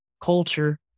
culture